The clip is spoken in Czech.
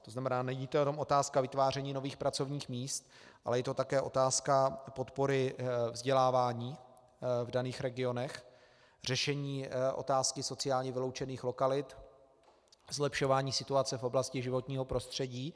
To znamená, není to jenom otázka vytváření nových pracovních míst, ale je to také otázka podpory vzdělávání v daných regionech, řešení otázky sociálně vyloučených lokalit, zlepšování situace v oblasti životního prostředí.